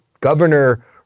governor